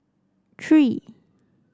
three